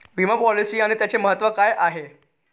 विमा पॉलिसी आणि त्याचे महत्व काय आहे?